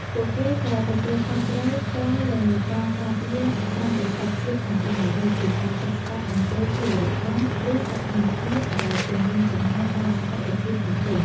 ពួកគេក៏ទទួលខុសត្រូវផ្ទាល់លើការការពារសន្តិសុខជាតិផងដែរ ដូចជាការទប់ស្កាត់អំពើភេរវកម្ម ឬសកម្មភាពដែលគំរាមកំហែងដល់ស្ថេរភាពប្រទេស។